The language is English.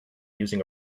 using